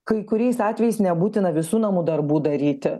kai kuriais atvejais nebūtina visų namų darbų daryti